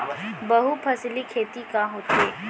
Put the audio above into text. बहुफसली खेती का होथे?